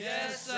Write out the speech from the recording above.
Yes